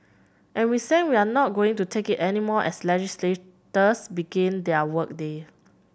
and we see we're not going to take it anymore as legislators begin their work day